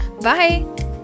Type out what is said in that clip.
bye